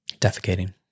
defecating